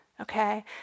Okay